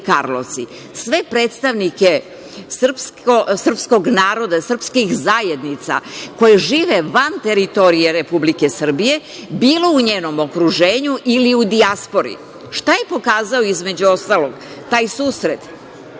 sve predstavnike srpskog naroda, srpskih zajednica koje žive van teritorije Republike Srbije, bilo u njenom okruženju ili u dijaspori. Šta je pokazao između ostalog taj susret?